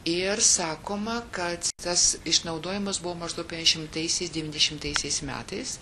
ir sakoma kad tas išnaudojimas buvo maždaug penkiasdešimtaisiais devyniasdešimtaisias metais